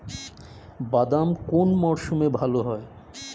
বাদাম কোন মরশুমে ভাল হয়?